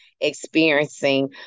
experiencing